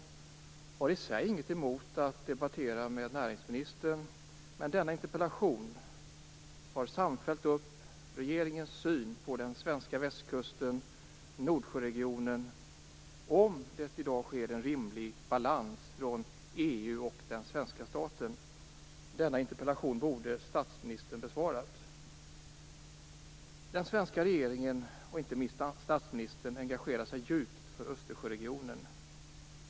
Jag har i sig ingenting emot att debattera med näringsministern, men denna interpellation tar samfällt upp regeringens syn på den svenska västkusten, Nordsjöregionen, och om det i dag sker en rimlig balans från EU och den svenska staten. Denna interpellation borde statsministern ha besvarat. Den svenska regeringen och inte minst statsministern engagerar sig djupt för Östersjöregionen.